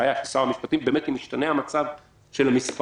בהנחיה של שר המשפטים, אם ישתנה המצב של המספרים